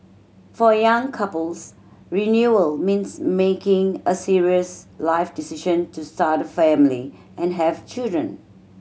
for young couples renewal means making a serious life decision to start a family and have children